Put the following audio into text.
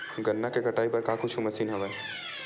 गन्ना के कटाई बर का कुछु मशीन हवय?